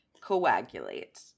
coagulate